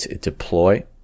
deploy